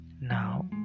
now